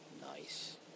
Nice